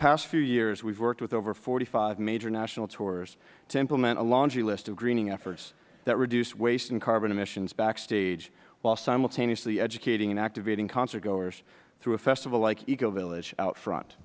past few years we have worked with over forty five major national tours to implement a laundry list of greening efforts that reduce waste and carbon emissions backstage while simultaneously educating and activating concertgoers through a festival like eco village out front